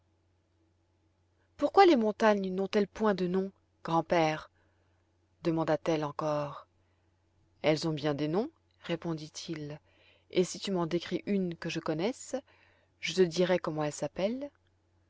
pourquoi les montagnes n'ont-elles point de noms grand-père demanda-t-elle encore elles ont bien des noms répondit-il et si tu m'en décris une que je connaisse je te dirai comment elle s'appelle